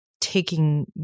taking